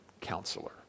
counselor